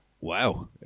Wow